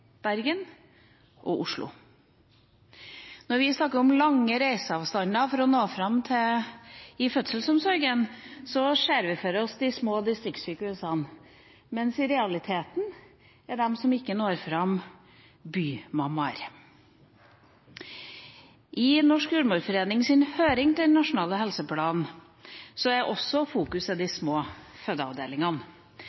Bergen og Oslo. Når vi i forbindelse med fødselsomsorg snakker om lange reiseavstander for å nå fram, ser vi for oss de små distriktssykehusene, mens i realiteten er de som ikke når fram, by-mammaer. I Jordmorforeningens høringssvar til Nasjonal helseplan er også fokuset på de